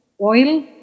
OIL